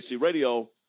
Radio